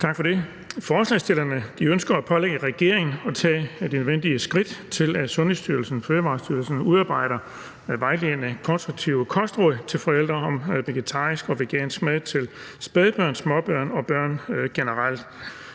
Forslagsstillerne ønsker at pålægge regeringen at tage de nødvendige skridt til, at Sundhedsstyrelsen og Fødevarestyrelsen udarbejder vejledende konstruktive kostråd til forældre om vegetarisk og vegansk mad til spædbørn, småbørn og børn generelt.